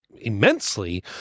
immensely